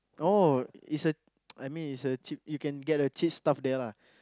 oh it's a I mean it's a cheap you can get a cheap stuff there lah